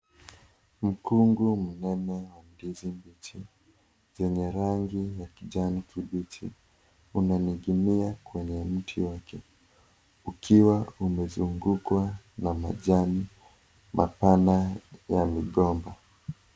Mkungu mnene wa ndizi mbichi, zenye rangi ya kijani kibichi, unaning'inia kwenye mti wake. Ukiwa umezungukwa na majani mapana ya migomba.